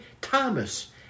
Thomas